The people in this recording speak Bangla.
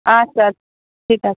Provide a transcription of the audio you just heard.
আচ্ছা আচ্ছা ঠিক আছে